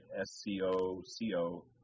S-C-O-C-O